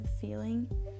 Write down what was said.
feeling